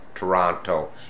Toronto